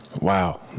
wow